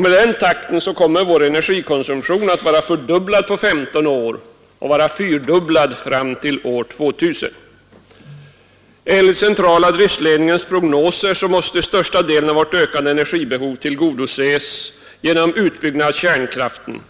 Med den takten kommer vår Nr 87 energikonsumtion att vara fördubblad på 15 år och fyrdubblad fram till Tisdagen den år 2000. Enligt Centrala driftledningens prognoser måste största delen av 15 maj 1973 vårt ökande energibehov tillgodoses genom utbyggnad av kärnkraften.